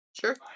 Sure